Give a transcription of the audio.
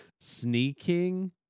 Sneaking